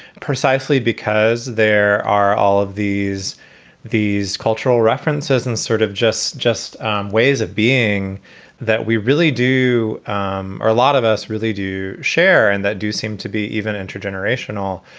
precisely because there are all of these these cultural references and sort of just just ways of being that we really do um a lot of us really do share and that do seem to be even intergenerational.